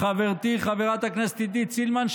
חברתי חברת הכנסת עידית סילמן,